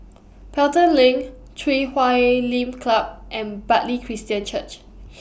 Pelton LINK Chui Huay Lim Club and Bartley Christian Church